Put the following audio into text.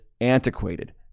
antiquated